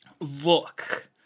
Look